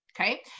Okay